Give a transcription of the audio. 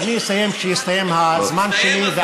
אני אסיים כשיסתיים הזמן שלי, הסתיים הזמן.